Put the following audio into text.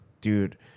Dude